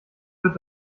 wird